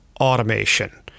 automation